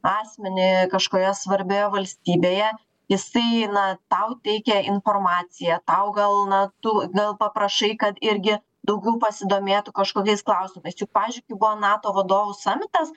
asmenį kažkurioje svarbioje valstybėje jisai na tau teikia informacijątau gal na tu gal paprašai kad irgi daugiau pasidomėtų kažkokiais klausimais pavyzdžiui buvo nato vadovų samitas